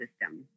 system